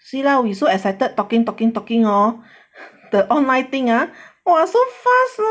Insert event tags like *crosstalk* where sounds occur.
see lah we so excited talking talking talking hor *breath* the online thing ah *breath* !wah! so fast lor